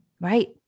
right